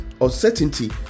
Uncertainty